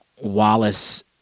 Wallace